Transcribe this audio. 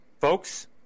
folks